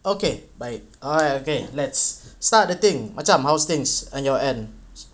okay baik okay let's start the things macam how's things on your weekend